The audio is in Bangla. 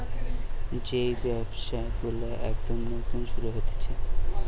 যেই ব্যবসা গুলো একদম নতুন শুরু হতিছে